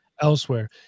elsewhere